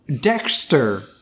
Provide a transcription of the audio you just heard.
Dexter